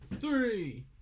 three